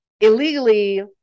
illegally